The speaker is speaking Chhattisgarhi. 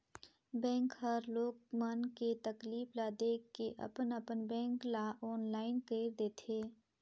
बेंक हर लोग मन के तकलीफ ल देख के अपन अपन बेंक ल आनलाईन कइर देथे